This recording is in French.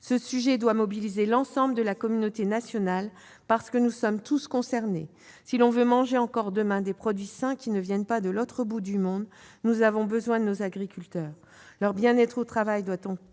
Ce sujet doit mobiliser l'ensemble de la communauté nationale, parce que nous sommes tous concernés. Si l'on veut encore manger demain des produits sains, qui ne viennent pas de l'autre bout du monde, nous avons besoin de nos agriculteurs. Leur bien-être au travail doit donc